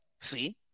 See